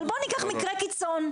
אבל בוא ניקח מקרה קיצון,